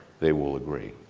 they will agree.